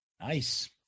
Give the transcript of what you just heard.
Nice